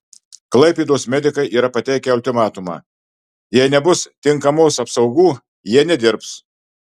klaipėdos medikai yra pateikę ultimatumą jei nebus tinkamos apsaugų jie nedirbs